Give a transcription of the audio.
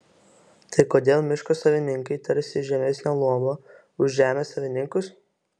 tai kodėl miško savininkai tarsi žemesnio luomo už žemės savininkus